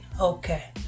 Okay